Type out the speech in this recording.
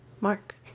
Mark